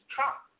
Trump